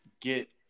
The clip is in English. get